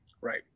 right